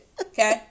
okay